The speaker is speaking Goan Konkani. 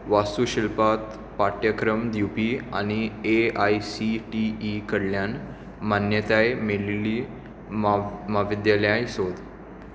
वास्तुशिल्पांत पाठ्यक्रम दिवपी आनी A I C T E कडल्यान मान्यताय मेळिल्लीं म्हा म्हाविद्यालयां सोद